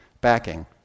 backing